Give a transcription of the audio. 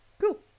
Cool